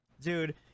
Dude